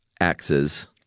axes